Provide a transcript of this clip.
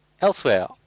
elsewhere